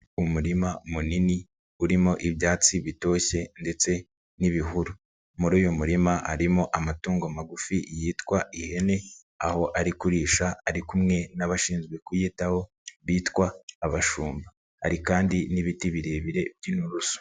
Umurima munini urimo ibyatsi bitoshye ndetse n'ibihuru, muri uyu murima harimo amatungo magufi yitwa ihene aho ari kurisha ari kumwe n'abashinzwe kuyitaho bitwa abashumba, hari kandi n'ibiti birebire by'inturusu.